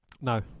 No